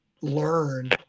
learn